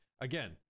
again